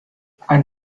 ein